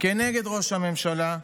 כנגד ראש הממשלה.